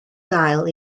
gael